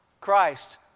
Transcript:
Christ